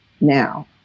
now